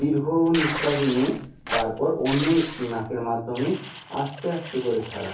দীর্ঘ নিঃশ্বাস নিয়ে তারপর অন্য একটি নাকের মাধ্যমে আস্তে আস্তে করে ছাড়া